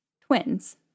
twins